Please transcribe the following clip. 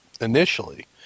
initially